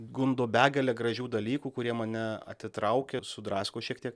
gundo begale gražių dalykų kurie mane atitraukia sudrasko šiek tiek